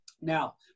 Now